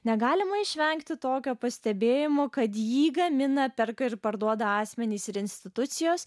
negalima išvengti tokio pastebėjimo kad jį gamina perka ir parduoda asmenys ir institucijos